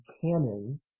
canon